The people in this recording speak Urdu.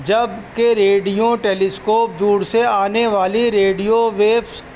جبکہ ریڈیو ٹیلیسکوپ دور سے آنے والی ریڈیو ویوس